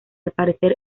aparecer